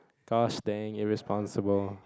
gosh dang irresponsible